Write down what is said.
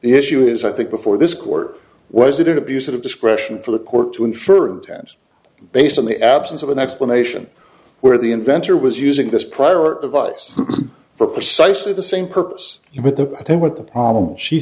the issue is i think before this court was it an abuse of discretion for the court to infer intent based on the absence of an explanation where the inventor was using this prior advice for precisely the same purpose and with the i think what the problem she